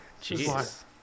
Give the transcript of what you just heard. Jesus